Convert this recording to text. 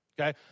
Okay